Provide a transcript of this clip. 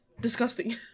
disgusting